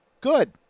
Good